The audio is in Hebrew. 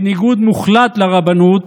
בניגוד מוחלט לרבנות,